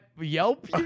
yelp